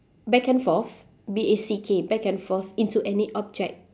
back and forth B A C K back and forth into any object